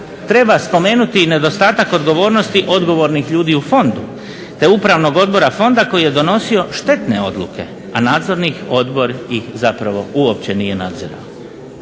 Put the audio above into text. treba spomenuti i nedostatak odgovornosti odgovornih ljudi u fondu, te Upravnog odbora fonda koji je donosio štetne odluke, a Nadzorni odbor ih zapravo uopće nije nadzirao.